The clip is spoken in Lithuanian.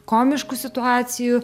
komiškų situacijų